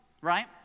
right